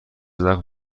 زخم